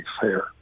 fair